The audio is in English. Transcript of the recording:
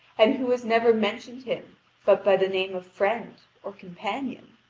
and who has never mentioned him but by the name of friend or companion?